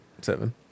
Seven